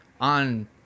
on